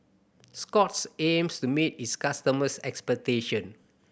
Scott's aims to meet its customers' expectation